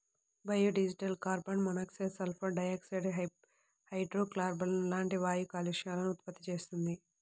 biodiesel carbon monoxide, sulphur dioxide, హైడ్రోకార్బన్లు లాంటి వాయు కాలుష్యాలను ఉత్పత్తి చేస్తుంది